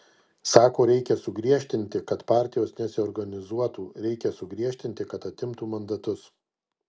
sako reikia sugriežtinti kad partijos nesiorganizuotų reikia sugriežtinti kad atimtų mandatus